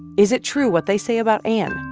is it true what they say about ann,